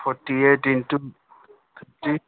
forty eight into fifty